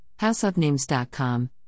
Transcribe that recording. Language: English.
houseofnames.com